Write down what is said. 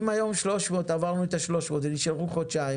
אם היום עברנו את ה-300 ונשארו חודשיים